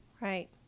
Right